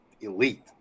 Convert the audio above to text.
elite